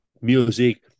music